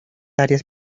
áreas